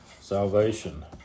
Salvation